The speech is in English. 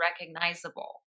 recognizable